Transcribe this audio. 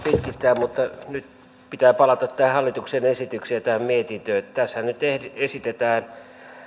pitkittää mutta nyt pitää palata tähän hallituksen esitykseen ja tähän mietintöön tässähän nyt esitetään